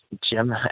Jim